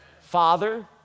Father